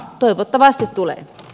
toivottavasti tulee